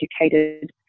educated